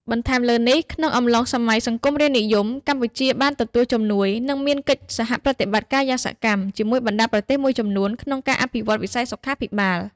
បន្ថែមលើនេះ ក្នុងអំឡុងសម័យសង្គមរាស្រ្តនិយម កម្ពុជាបានទទួលជំនួយ និងមានកិច្ចសហប្រតិបត្តិការយ៉ាងសកម្មជាមួយបណ្តាប្រទេសមួយចំនួន ក្នុងការអភិវឌ្ឍវិស័យសុខាភិបាល។